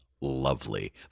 lovely